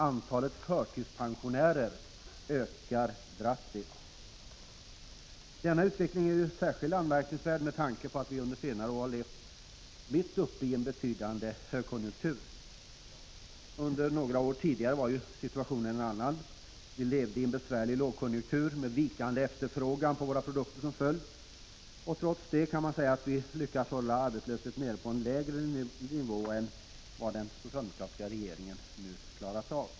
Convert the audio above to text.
Antalet förtidspensionärer ökar drastiskt. Denna utveckling är särskilt anmärkningsvärd med tanke på att vi under senare år har levt mitt uppe i en betydande högkonjunktur. Under några år tidigare var situationen en annan. Vi levde i en besvärlig lågkonjunktur med vikande efterfrågan på våra produkter som följd. Trots det kan man säga att vi lyckades hålla arbetslösheten nere på en lägre nivå än vad den socialdemokratiska regeringen nu har klarat av.